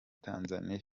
tanzania